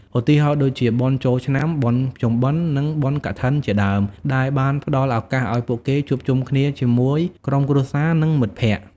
ឧទាហរណ៍ដូចជាបុណ្យចូលឆ្នាំ បុណ្យភ្ជុំបិណ្ឌ និងបុណ្យកឋិនជាដើម ដែលបានផ្តល់ឱកាសឲ្យពួកគេជួបជុំគ្នាជាមួយក្រុមគ្រួសារនិងមិត្តភក្តិ។